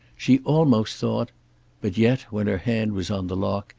she almost thought but yet, when her hand was on the lock,